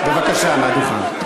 בבקשה, מהדוכן.